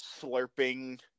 slurping